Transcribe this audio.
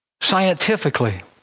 Scientifically